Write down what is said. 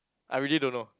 I really don't know